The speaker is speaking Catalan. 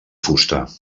fusta